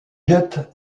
jet